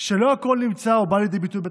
שלא הכול נמצא או בא לידי ביטוי בתקנון.